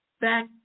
back